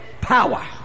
power